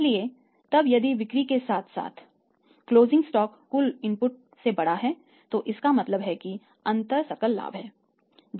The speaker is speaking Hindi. इसलिए तब यदि बिक्री के साथ साथ क्लोजिंग स्टॉक कुल इनपुट से बड़ा है तो इसका मतलब है कि अंतर सकल लाभ है